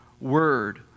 word